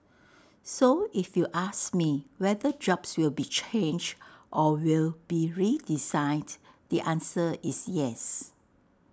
so if you ask me whether jobs will be changed or will be redesigned the answer is yes